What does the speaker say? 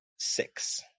Six